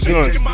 Guns